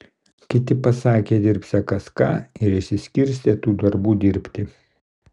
kiti pasakė dirbsią kas ką ir išsiskirstė tų darbų dirbti